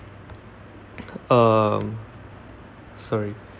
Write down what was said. um sorry